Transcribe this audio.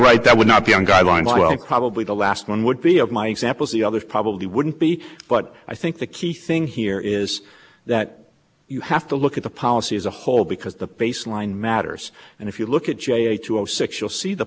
right that would not be an guideline well probably the last one would be of my examples the others probably wouldn't be but i think the key thing here is that you have to look at the policy as a whole because the baseline matters and if you look at six you'll see the